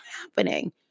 happening